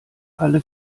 alle